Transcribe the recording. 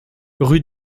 rue